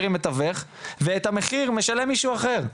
עם מתווך אבל את המחיר של זה משלם מישהו אחר.